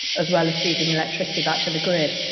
as well as feeding electricity back to the grid.